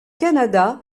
canada